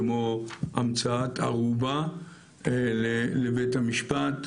כמו המצאת ערובה לבית המשפט,